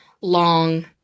long